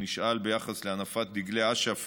הוא נשאל ביחס להנפת דגלי אש"ף